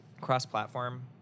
cross-platform